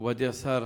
מכובדי השר,